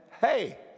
hey